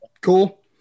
Cool